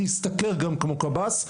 להשתכר גם כמו קב"ס.